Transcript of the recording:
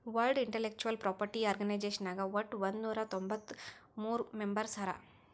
world Intellectual Property Organisation ನಾಗ್ ವಟ್ ಒಂದ್ ನೊರಾ ತೊಂಬತ್ತ ಮೂರ್ ಮೆಂಬರ್ಸ್ ಹರಾ